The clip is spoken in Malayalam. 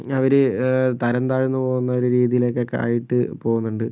അവർ തരം താഴ്ന്നു പോകുന്ന ഒരു രീതിയിലേക്കൊക്കെ ആയിട്ട് പോകുന്നുണ്ട്